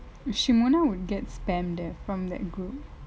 shimona will get spammed leh from that group